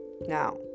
now